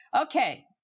Okay